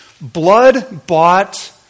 blood-bought